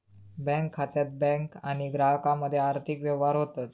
bank खात्यात bank आणि ग्राहकामध्ये आर्थिक व्यवहार होतत